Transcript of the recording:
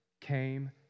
came